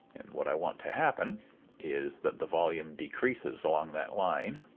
and what i want to happen is that the volume decreases along that line.